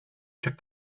check